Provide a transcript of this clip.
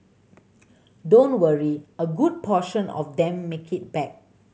don't worry a good portion of them make it back